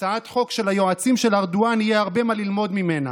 הצעת חוק שליועצים של ארדואן יהיה הרבה מה ללמוד ממנה,